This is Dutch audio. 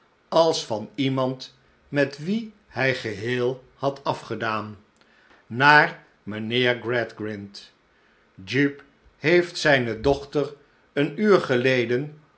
als van ieraand met wien hij geheel had afgedaan naar mijnheer gradgrind jupe heeft zijne dochter een uur geleden